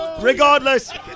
Regardless